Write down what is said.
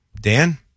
Dan